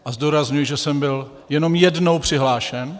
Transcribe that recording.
A zdůrazňuji, že jsem jenom jednou přihlášen.